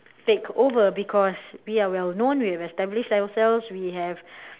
take over because we are well known we have established ourselves we have